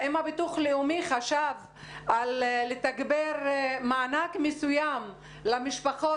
האם הביטוח הלאומי חשב לתגבר מענק מסוים למשפחות